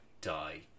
die